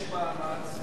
יש מאמץ,